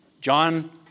John